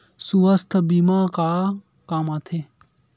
सुवास्थ बीमा का काम आ थे?